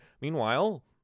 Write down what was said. Meanwhile